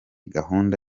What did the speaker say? gahunda